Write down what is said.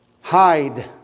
hide